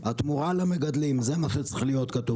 מה?